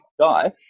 guy